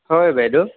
হয় বাইদেউ